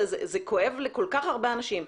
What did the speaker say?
הסבל שלהם כואב לכל כך הרבה שנים.